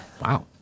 Wow